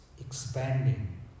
expanding